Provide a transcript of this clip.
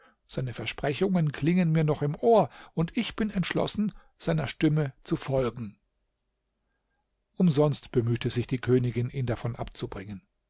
seine versprechungen klingen mir noch im ohr und ich bin entschlossen seiner stimme zu folgen umsonst bemühte sich die königin ihn davon abzubringen